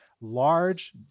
large